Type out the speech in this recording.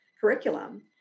curriculum